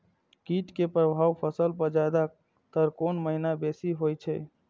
कीट के प्रभाव फसल पर ज्यादा तर कोन महीना बेसी होई छै?